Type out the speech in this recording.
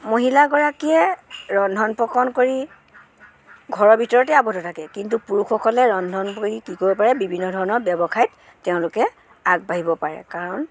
মহিলাগৰাকীয়ে ৰন্ধন প্ৰকৰণ কৰি ঘৰৰ ভিতৰতে আৱদ্ধ থাকে কিন্তু পুৰুষসকলে ৰন্ধনৰ উপৰি কি কৰিব পাৰে বিভিন্ন ধৰণৰ ব্যৱসায় তেওঁলোকে আগবাঢ়িব পাৰে কাৰণ